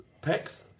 pecs